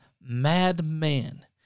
madman